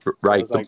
Right